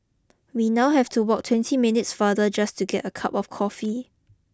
we now have to walk twenty minutes farther just to get a cup of coffee